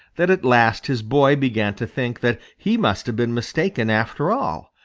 that at last his boy began to think that he must have been mistaken after all.